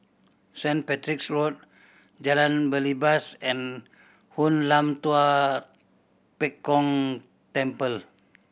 Saint Patrick's Road Jalan Belibas and Hoon Lam Tua Pek Kong Temple